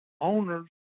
owners